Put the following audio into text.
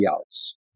else